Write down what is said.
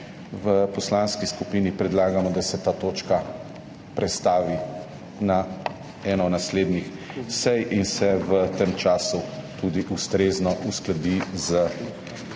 v poslanski skupini predlagamo, da se ta točka prestavi na eno od naslednjih sej in se v tem času tudi ustrezno uskladi z